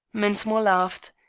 mensmore laughed.